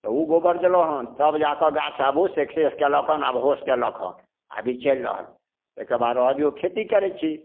तऽ ओ गोबर देलहुँ हँ तब जाके गाछ आब ओ सक्सेस कएलक हँ आब होश कएलक हँ आओर अभी चलि रहल हँ ताहिके बाद रहऽ दिऔ खेती करै छी